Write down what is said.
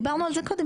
דיברנו על זה קודם,